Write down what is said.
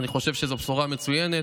אני חושב שזאת בשורה מצוינת.